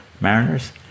Mariners